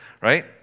Right